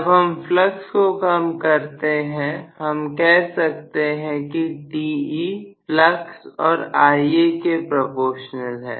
जब हम फ्लक्स को कम करते हैं हम कह सकते हैं कि Te फ्लक्स और Ia के प्रोपोर्शनल है